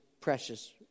precious